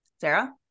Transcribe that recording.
Sarah